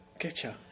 Getcha